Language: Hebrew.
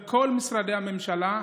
בכל משרדי הממשלה,